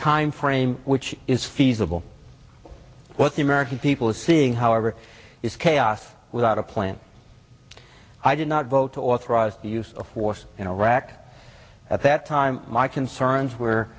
time frame which is feasible what the american people are seeing however is chaos without a plan i did not vote to authorize the use of force in iraq at that time my concerns were